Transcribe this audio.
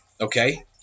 okay